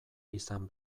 izan